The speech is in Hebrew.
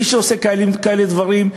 מי שעושה כאלה דברים,